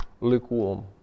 Lukewarm